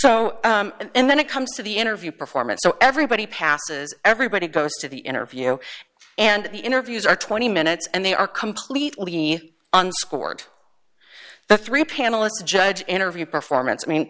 so and then it comes to the interview performance so everybody passes everybody goes to the interview and the interviews are twenty minutes and they are completely on scored the three panelists judge interview performance mean